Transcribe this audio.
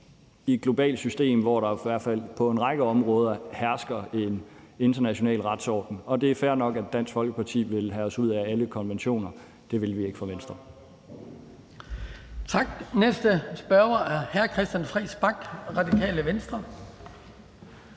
i et globalt system, hvor der i hvert fald på en række områder hersker en international retsorden. Det er fair nok, at Dansk Folkeparti vil have os ud af alle konventioner. Det vil vi ikke fra Venstres